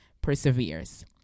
perseveres